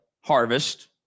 harvest